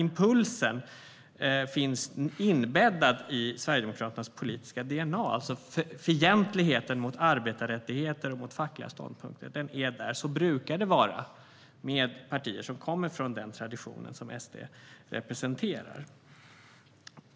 Impulsen finns inbäddad i Sverigedemokraternas politiska dna. Fientligheten mot arbetarrättigheter och fackliga ståndpunkter finns där. Så brukar det vara med partier som kommer från den tradition som SD representerar.